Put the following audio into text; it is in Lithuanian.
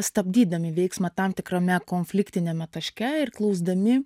stabdydami veiksmą tam tikrame konfliktiniame taške ir klausdami